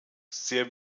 sehr